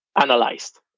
analyzed